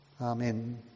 Amen